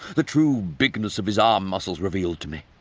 the true bigness of his arm muscles revealed to me.